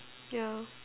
yeah